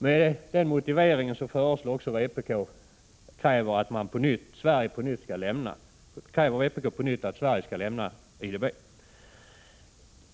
Med den motiveringen kräver vpk också på nytt att Sverige skall lämna IDB.